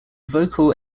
vocal